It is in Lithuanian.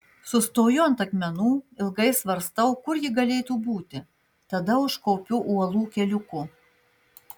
sustoju ant akmenų ilgai svarstau kur ji galėtų būti tada užkopiu uolų keliuku